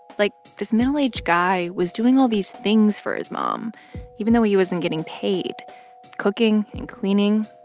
like, this middle-aged guy was doing all these things for his mom even though he wasn't getting paid cooking and cleaning,